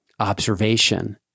observation